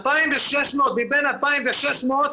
מבין 2,600,